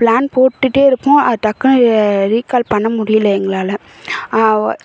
plan போட்டுகிட்டே இருப்போம் அது டக்குன்னு ரீக்கால் பண்ண முடியல எங்களால்